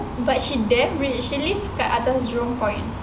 but she damn rich she live kat atas jurong point